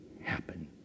happen